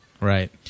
Right